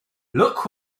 look